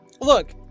look